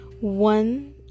One